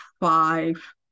five